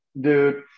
dude